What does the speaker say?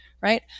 right